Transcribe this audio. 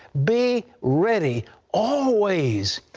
be ready always,